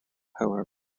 however